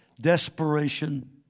Desperation